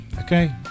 Okay